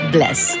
Bless